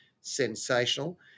sensational